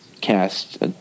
cast